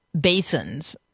basins